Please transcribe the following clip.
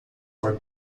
por